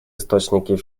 источники